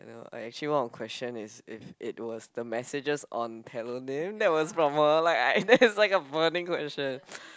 uh I actually want to question is if it was the messages on that was from a like I that is like a burning question